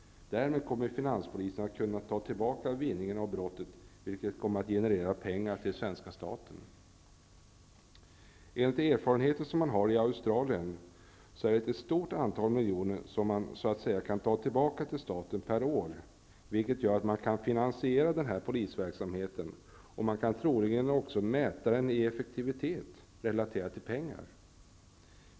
Därmed kommer finanspolisen att kunna ta tillbaka vinningen av brottet. Detta kommer att generera pengar till svenska staten. Enligt erfarenheter som man har i Australien är det ett stort antal miljoner som man så att säga kan ta tillbaka till staten per år. Det gör att man kan finansiera denna polisverksamhet och troligen också mäta dess effektivitet relaterad till pengar.